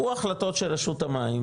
הוא החלטות של רשות המים,